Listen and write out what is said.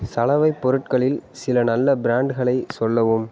சலவைப் பொருட்களில் சில நல்ல பிராண்ட்களை சொல்லவும்